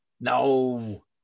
No